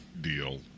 deal